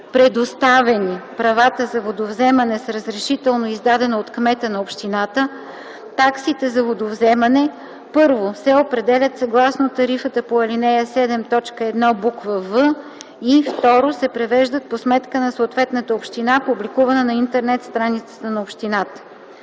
предоставени права за водовземане с разрешително, издадено от кмета на общината, таксите за водовземане: 1. се определят съгласно тарифата по ал. 7, т. 1, буква „в”, и 2. се превеждат по сметка на съответната община, публикувана на интернет страницата на общината.